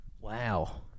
Wow